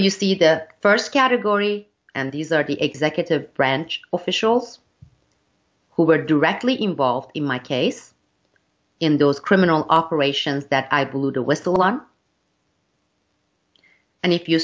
you see the first category and these are the executive branch officials who were directly involved in my case in those criminal operations that i blew the whistle on and if you